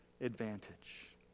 advantage